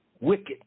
wicked